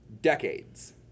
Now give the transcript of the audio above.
decades